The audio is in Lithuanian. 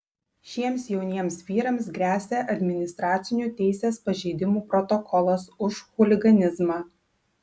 šiems jauniems vyrams gresia administracinių teisės pažeidimų protokolas už chuliganizmą